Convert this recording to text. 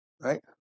right